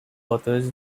authors